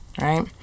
right